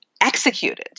executed